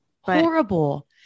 horrible